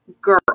girl